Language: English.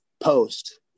post